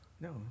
No